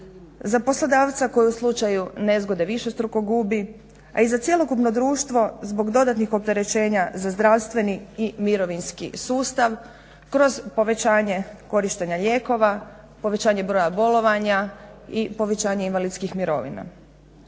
za poslodavca koji u slučaju nezgode višestruko gubi, a i za cjelokupno društvo zbog dodatnih opterećenja za zdravstveni i mirovinski sustav kroz povećanje korištenja lijekova, povećanja broja bolovanja i povećanje invalidskih mirovina.